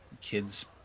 kids